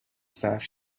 صرف